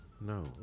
No